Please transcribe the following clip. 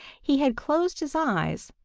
he had closed his eyes,